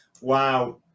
Wow